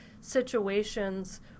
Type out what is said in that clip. situations